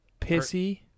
pissy